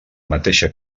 mateixa